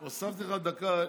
הוספתי לך דקה.